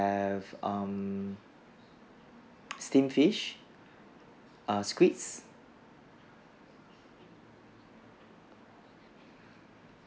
um steam fish err squids